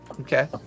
Okay